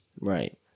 Right